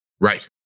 Right